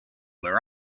where